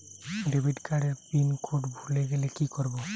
Debit card এর pin code ভুলে গেলে কি করব?